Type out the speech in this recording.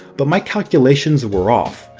but my calculations were off,